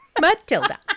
Matilda